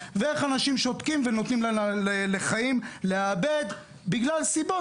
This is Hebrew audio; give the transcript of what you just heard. ואיך אנשים שותקים ונותנים לחיים להיאבד בגלל סיבות